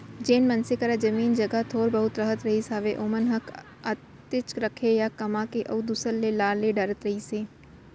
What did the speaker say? जेन मनसे करा जमीन जघा थोर बहुत रहत रहिस हावय ओमन ह ओतकेच रखय या कमा के अउ दूसर के ला ले डरत रहिस हे